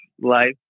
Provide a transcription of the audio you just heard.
life